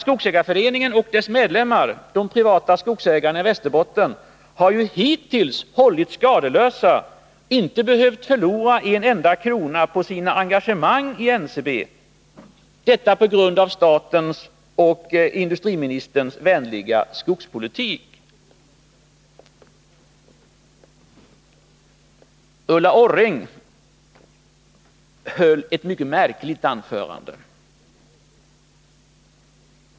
Skogsägarföreningen och dess medlemmar, de privata skogsägarna i Västerbotten, har ju hittills hållits skadeslösa och inte behövt förlora en enda krona på sitt engagemang i NCB, detta på grund av statens och industriministerns vänliga skogspolitik. Ulla Orring höll ett mycket märkligt anförande.